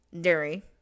dairy